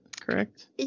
correct